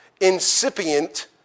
incipient